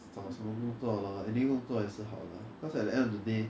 just 找什么工作 lor any 工作也是好 because at the end of the day